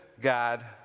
God